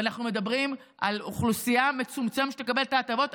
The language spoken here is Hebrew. ואנחנו מדברים על אוכלוסייה מצומצמת שתקבל את ההטבות,